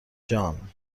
جان